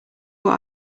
what